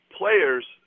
players